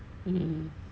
mm